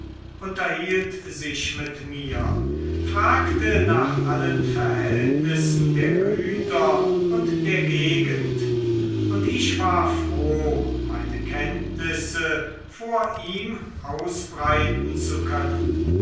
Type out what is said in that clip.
unterhielt sich mit mir fragte nach allen verhältnissen der güter und der gegend und ich war froh meine kenntnisse vor ihm ausbreiten zu können